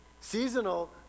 Seasonal